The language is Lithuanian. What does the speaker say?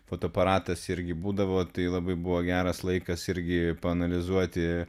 fotoaparatas irgi būdavo tai labai buvo geras laikas irgi paanalizuoti